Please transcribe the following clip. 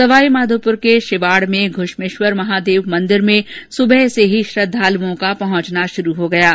सवाईमाघोपुर के शिवाड़ में ध्रश्मेश्वर महादेव मंदिर में सुबह से ही श्रद्धालओं का पहंचना शुरू हो गया था